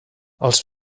els